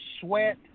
sweat